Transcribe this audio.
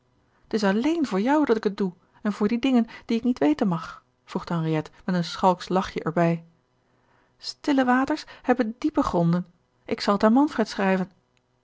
t is alleen voor jou dat ik het doe en voor die dingen die ik niet weten mag voegde henriette met een schalksch lachje er bij stille waters hebben diepe gronden ik zal t aan manfred schrijven